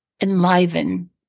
enliven